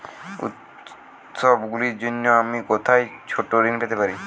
উত্সবগুলির জন্য আমি কোথায় ছোট ঋণ পেতে পারি?